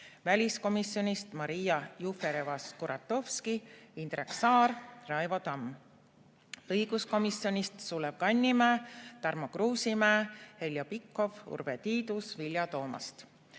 väliskomisjonist Maria Jufereva-Skuratovski, Indrek Saar, Raivo Tamm, õiguskomisjonist Sulev Kannimäe, Tarmo Kruusimäe, Heljo Pikhof, Urve Tiidus, Vilja Toomast.